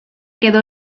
quedó